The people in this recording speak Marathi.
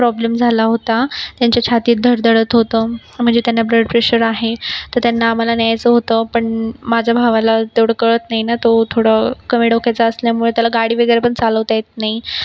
प्रॉब्लेम झाला होता त्यांच्या छातीत धडधडत होतं म्हणजे त्यांना ब्लड प्रेशर आहे तर् त्यांना आम्हाला न्यायचं होतं पण माझ्या भावाला तेवढं कळत नाहीना तो थोडं कमी डोक्याचा असल्यामुळे त्याला गाडी वगैरेपण चालवता येत नाही